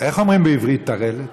איך אומרים בעברית טרללת?